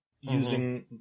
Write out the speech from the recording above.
using